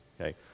okay